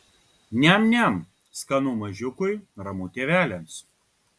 niam niam skanu mažiukui ramu tėveliams